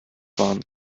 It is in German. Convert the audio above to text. fahren